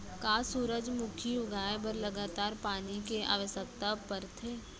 का सूरजमुखी उगाए बर लगातार पानी के आवश्यकता भरथे?